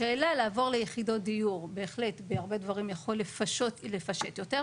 השאלה לעבור ליחידות דיור בהחלט הרבה דברים יכולים לפשט יותר,